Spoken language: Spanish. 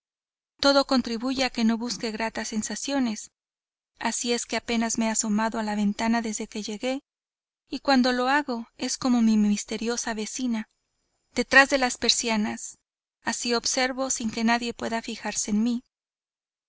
todo contribuye a que no busque gratas sensaciones así es que apenas me he asomado a la ventana desde que llegué y cuando lo hago es como mi misteriosa vecina detrás de las persianas así observo sin que nadie pueda fijarse en mí